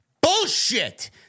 bullshit